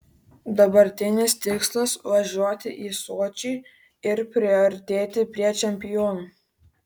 dabartinis tikslas važiuoti į sočį ir priartėti prie čempionų